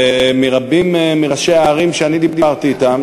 ומרבים מראשי הערים שאני דיברתי אתם,